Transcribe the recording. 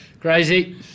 Crazy